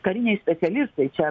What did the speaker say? kariniai specialistai čia